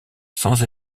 sans